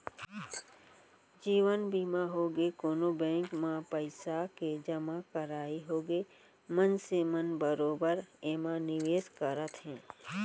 जीवन बीमा होगे, कोनो बेंक म पइसा के जमा करई होगे मनसे मन बरोबर एमा निवेस करत हे